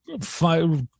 five